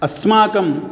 अस्माकं